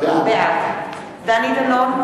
בעד דני דנון,